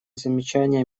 замечания